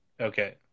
Okay